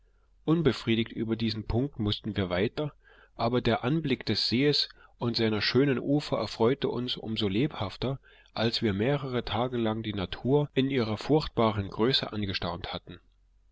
unbefriedigt über diesen punkt mußten wir weiter aber der anblick des sees und seiner schönen ufer erfreute uns umso lebhafter als wir mehrere tage lang die natur in ihrer furchtbaren größe angestaunt hatten